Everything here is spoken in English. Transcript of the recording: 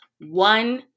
one